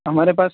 ہمارے پاس